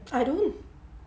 I don't